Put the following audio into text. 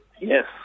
Yes